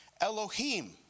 Elohim